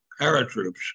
paratroops